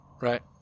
right